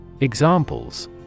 Examples